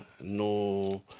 no